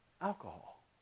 alcohol